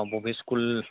बबे स्कुल